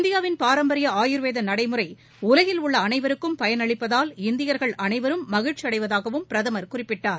இந்தியாவின் பாரம்பரிய ஆயுர்வேத நடைமுறை உலகில் உள்ள அனைவருக்கும் பயன் அளிப்பதால் இந்தியர்கள் அனைவரும் மகிழ்ச்சி அடைவதாகவும் பிரதமர் குறிப்பிட்டார்